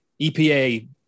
EPA